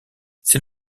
c’est